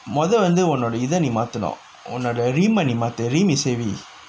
மொத வந்து உன்னோட இத நீ மாத்தனும் உன்னோட:motha vanthu unnoda itha nee maathanum unnoda rim ம நீ மாத்து:ma nee maathu rim is heavy